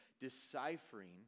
deciphering